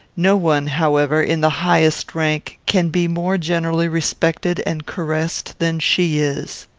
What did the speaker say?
no one, however, in the highest rank, can be more generally respected and caressed than she is.